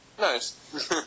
Nice